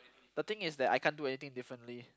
the thing is that I can't do anything differently